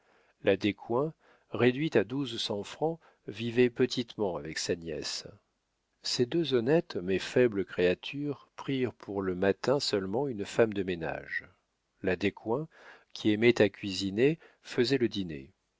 la descoings réduite à douze cents francs vivait petitement avec sa nièce ces deux honnêtes mais faibles créatures prirent pour le matin seulement une femme de ménage la descoings qui aimait à cuisiner faisait le dîner